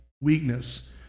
weakness